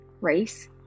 race